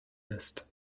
ist